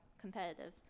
competitive